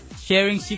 sharing